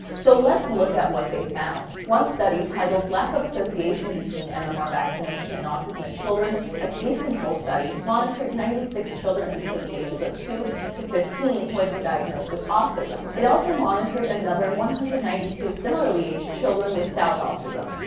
so, let's look at what they found. one study titled lack of association between mmr vaccination and autism in children a case-control study, monitored ninety six children between the ages of two to fifteen who had been diagnosed with autism. it also monitored another one hundred and ninety two similarly-aged children without autism.